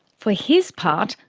for his part,